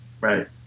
Right